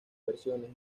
versiones